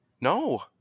No